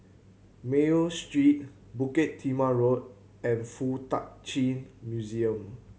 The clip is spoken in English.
Mayo Street Bukit Timah Road and Fuk Tak Chi Museum